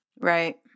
Right